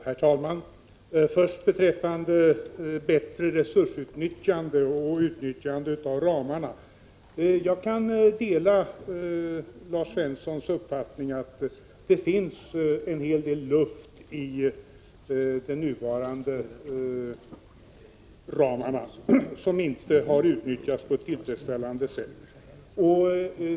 Herr talman! Vad först gäller möjligheterna att utnyttja ramarna på ett bättre sätt kan jag dela Lars Svenssons uppfattning att det finns en hel del luft i de nuvarande ramarna och att de inte har utnyttjats på ett tillfredsställande sätt.